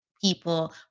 people